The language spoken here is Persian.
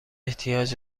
احتیاج